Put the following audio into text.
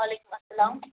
وعیلکُم اَسلام